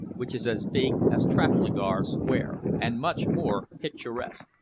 which is as big as trafalgar square, and much more picturesque.